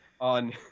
on